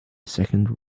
second